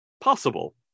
Possible